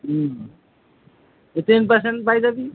ten percent পায় যাবি